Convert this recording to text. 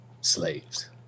slaves